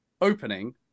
Opening